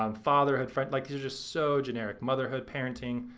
um fatherhood, like these are just so generic. motherhood, parenting,